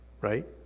Right